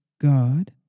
God